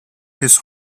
his